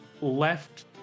left